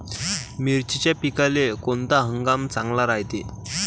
मिर्चीच्या पिकाले कोनता हंगाम चांगला रायते?